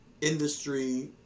industry